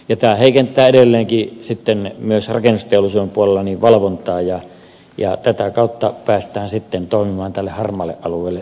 tämä heikentää edelleenkin myös rakennusteollisuuden puolella valvontaa ja tätä kautta päästään sitten toimimaan harmaalle alueelle entistä paremmin